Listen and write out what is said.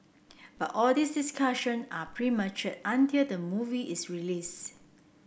but all these discussion are premature until the movie is released